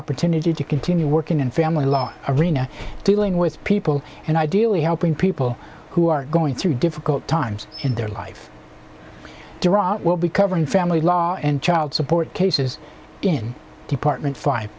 opportunity to continue working in family law arena dealing with people and ideally helping people who are going through difficult times in their life to rob will be covered in family law and child support cases in department five